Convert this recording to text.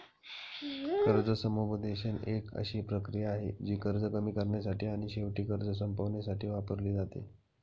कर्ज समुपदेशन एक अशी प्रक्रिया आहे, जी कर्ज कमी करण्यासाठी आणि शेवटी कर्ज संपवण्यासाठी वापरली जाते